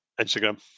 Instagram